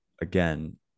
again